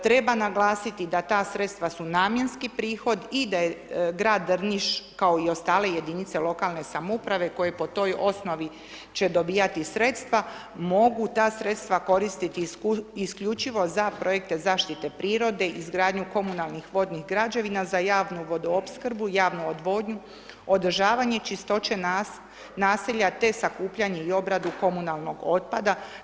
Treba naglasiti da ta sredstva su namjenski prihod i da grad Drniš kao i ostale jedinice lokalne samouprave koje po toj osnovi će dobivati sredstava, mogu ta sredstava koristiti isključivo za projekte zaštite prirode, izgradnju komunalnih vodnih građevina za javnu vodoopskrbu, javnu odvodnju, održavanje čistoće naselja te sakupljanje i obradu komunalnog otpada.